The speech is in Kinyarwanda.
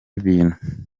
ibintu